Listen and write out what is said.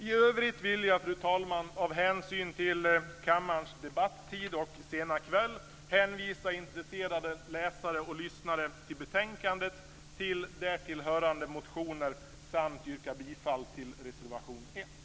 I övrigt vill jag, fru talman, av hänsyn till kammarens debattid och den sena kvällen hänvisa intresserade lyssnare och läsare av betänkandet till härtill hörande motioner. Slutligen yrkar jag bifall till reservation 1.